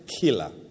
killer